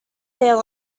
there